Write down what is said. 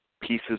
pieces